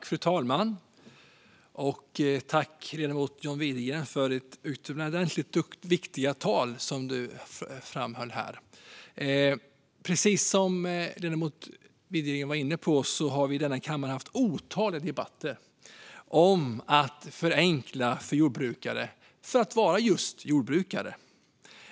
Fru talman! Jag tackar ledamoten John Widegren för det utomordentligt viktiga tal han höll. Precis som ledamoten Widegren var inne på har vi i denna kammare haft otaliga debatter om att förenkla för jordbrukare att vara just jordbrukare.